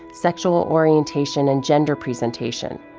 sexual orientation and gender presentation.